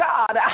God